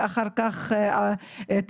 ואחר כך טבריה,